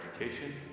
education